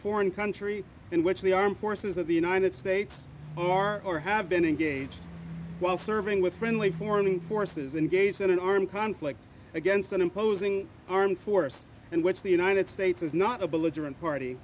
foreign country in which the armed forces of the united states or or have been engaged while serving with friendly forming forces engaged in an armed conflict against an imposing armed force and which the united states is not a belligerent party